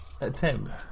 attempt